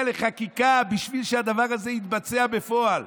לחקיקה בשביל שהדבר הזה יתבצע בפועל.